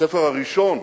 הספר הראשון,